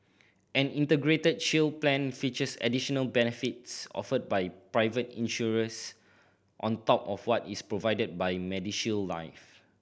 an Integrated Shield Plan features additional benefits offered by private insurers on top of what is provided by MediShield Life